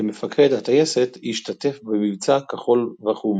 כמפקד הטייסת השתתף במבצע כחול וחום.